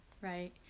Right